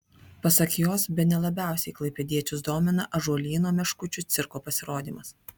pasak jos bene labiausiai klaipėdiečius domina ąžuolyno meškučių cirko pasirodymas